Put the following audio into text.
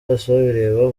bosebabireba